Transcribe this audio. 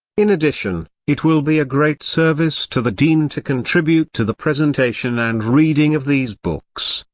in addition, it will be a great service to the deen to contribute to the presentation and reading of these books,